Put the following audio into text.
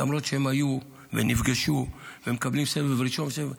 למרות שהם היו ונפגשו ומקבלים סבב ראשון.